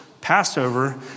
Passover